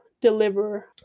deliver